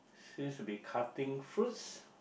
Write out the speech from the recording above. seems to be cutting fruits